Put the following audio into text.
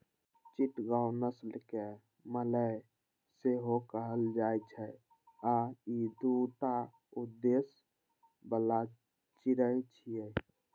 चिटगांव नस्ल कें मलय सेहो कहल जाइ छै आ ई दूटा उद्देश्य बला चिड़ै छियै